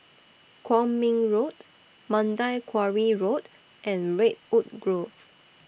Kwong Min Road Mandai Quarry Road and Redwood Grove